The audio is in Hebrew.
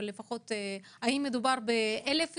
לפחות נדע האם מדובר באלף איש,